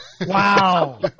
Wow